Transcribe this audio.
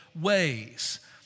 ways